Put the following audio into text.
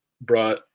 brought